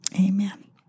Amen